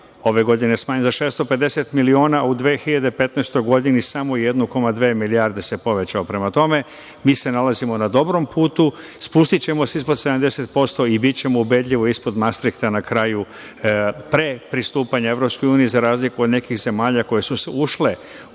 ove godine smanjuje za 650 miliona, a u 2015. godini samo 1,2 milijarde se povećao. Prema tome, mi se nalazimo na dobrom putu, spustićemo se ispod 70% i bićemo ubedljivo ispod Mastrihta pre pristupanja Evropskoj uniji, za razliku od nekih zemalja koje su ušle